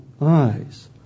eyes